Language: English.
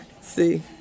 See